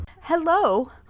Hello